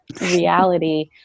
reality